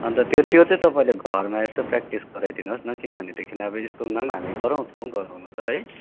अन्त त्यो त्यो चाहिँ तपाईँले घरमा यसो प्रेक्टिस गराइदिनुहोस् न किनभनेदेखि अब स्कुलमा हामी गराउँछौँ गराउनु त है